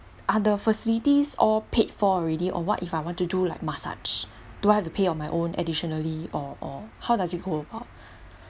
are the facilities all paid for already or what if I want to do like massage do I have to pay on my own additionally or or how does it go about